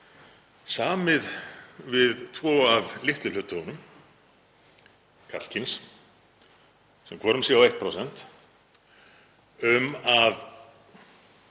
samið við tvo af litlu hluthöfunum, karlkyns, sem hvor um sig á 1%, um að